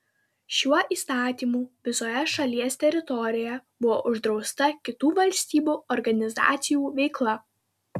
šiuo įstatymu visoje šalies teritorijoje buvo uždrausta kitų valstybių organizacijų veikla